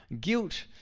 Guilt